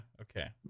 Okay